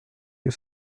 que